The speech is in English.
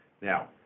Now